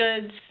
goods